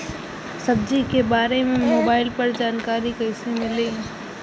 सब्जी के बारे मे मोबाइल पर जानकारी कईसे मिली?